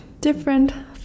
different